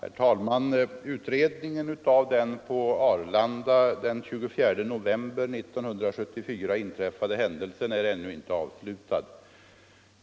Herr talman! Utredningen av den på Arlanda den 24 november 1974 inträffade händelsen är ännu inte avslutad.